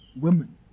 women